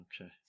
Okay